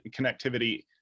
connectivity